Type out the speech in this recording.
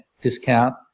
discount